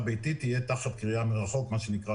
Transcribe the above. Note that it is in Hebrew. ביתית יהיה בקריאה מרחוק מה שנקרא,